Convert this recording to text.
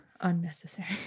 unnecessary